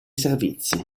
servizi